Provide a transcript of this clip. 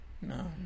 No